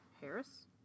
Harris